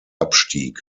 abstieg